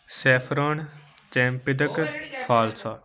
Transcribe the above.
saffron cempedak falsa